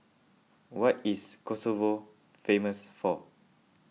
what is Kosovo famous for